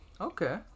Okay